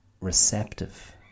receptive